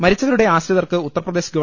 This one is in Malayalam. മരിച്ചവരുടെ ആശ്രിതർക്ക് ഉത്തർപ്രദേശ് ഗവ